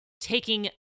taking